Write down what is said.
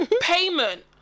payment